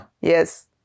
Yes